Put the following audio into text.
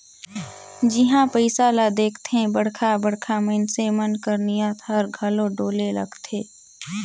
जिहां पइसा ल देखथे बड़खा बड़खा मइनसे मन कर नीयत हर घलो डोले लगथे